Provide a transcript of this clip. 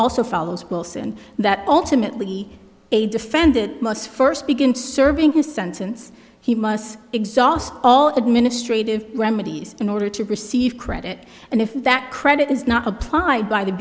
also follows wilson that ultimately a defendant must first begin serving his sentence he must exhaust all administrative remedies in order to receive credit and if that credit is not applied by the